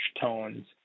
tones